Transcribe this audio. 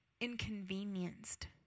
inconvenienced